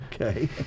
Okay